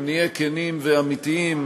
אם נהיה כנים ואמיתיים,